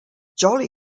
jolly